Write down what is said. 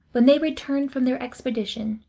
when they return from their expedition,